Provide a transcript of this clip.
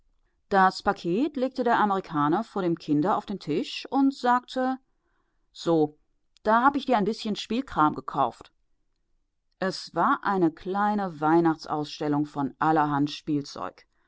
das paket legte der amerikaner vor dem kinde auf den tisch und sagte so da habe ich dir ein bißchen spielkram gekauft es war eine kleine weihnachtsausstellung von allerhand spielzeug